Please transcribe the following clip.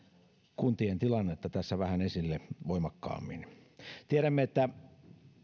kuntien tilannetta tässä esille vähän voimakkaammin tiedämme että